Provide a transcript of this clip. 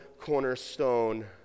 cornerstone